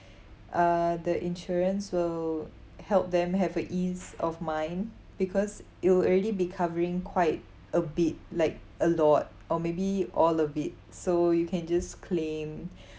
uh the insurance will help them have a ease of mind because it'll already be covering quite a bit like a lot or maybe all of it so you can just claim